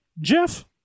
Jeff